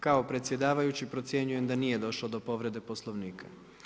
Kao predsjedavajući procjenjujem da nije došlo do povrede Poslovnika.